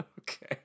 Okay